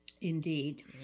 indeed